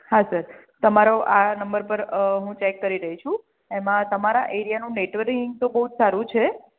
હા સર તમારો આ નંબર પર હું ચેક કરી રહી છું એમાં તમારા એરિયાનું નેટવર્કિંગ તો બહુ જ સારું છે